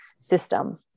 system